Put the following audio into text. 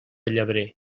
llebrer